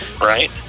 right